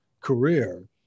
career